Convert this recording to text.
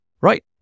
Right